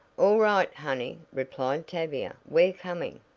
all right, honey, replied tavia. we're coming.